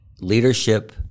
leadership